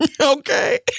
Okay